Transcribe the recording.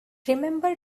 remember